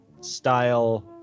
style